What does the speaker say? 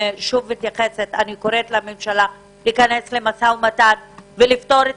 אני קוראת לממשלה להיכנס למשא ומתן ולפתור את